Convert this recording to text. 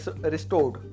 restored